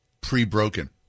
Pre-broken